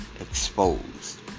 exposed